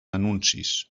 anuncis